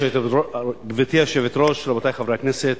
גברתי היושבת-ראש, רבותי חברי הכנסת,